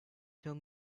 tell